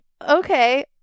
Okay